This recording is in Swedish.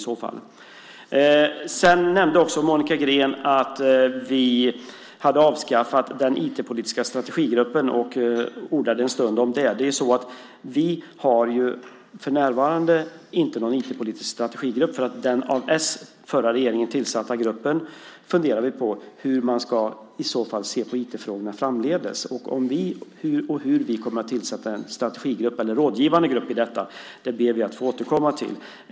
Monica Green nämnde att vi hade avskaffat den IT-politiska strategigruppen och ordade en stund om det. Vi har för närvarande inte någon IT-politisk strategigrupp. Vi funderar på hur man ska se på IT-frågorna framdeles. Om vi kommer att tillsätta en strategigrupp eller en rådgivande grupp ber vi att få återkomma till.